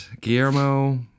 Guillermo